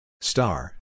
Star